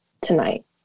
tonight